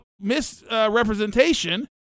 misrepresentation